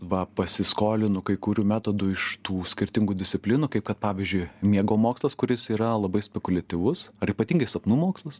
va pasiskolinu kai kurių metodų iš tų skirtingų disciplinų kaip kad pavyzdžiui miego mokslas kuris yra labai spekuliatyvus ar ypatingai sapnų mokslas